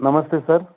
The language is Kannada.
ನಮಸ್ತೆ ಸರ್